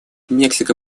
мексика